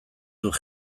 dut